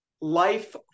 life